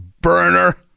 burner